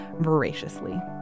voraciously